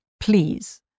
please